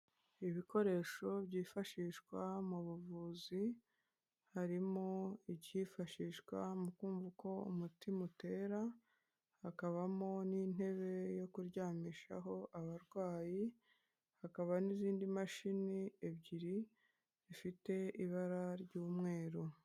Ibikoresho byifashishwa mu buvuzi, harimo icyifashishwa mu kumva uko umutima utera, hakabamo n'intebe yo kuryamishaho abarwayi, hakaba n'izindi mashini ebyiri zifite ibara ry'umweru.